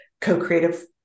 co-creative